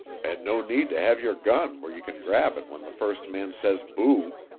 and no need to have your gun where you can grab it when the first man says boo!